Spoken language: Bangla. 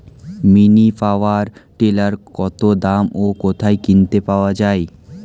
মিনি পাওয়ার টিলার কত দাম ও কোথায় কিনতে পাওয়া যায়?